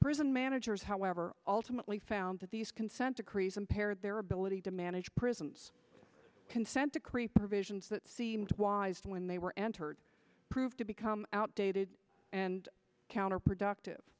prison managers however ultimately found that these consent decrees impair their ability to manage prisons consent decree provisions seemed wise when they were entered proved to become outdated and counterproductive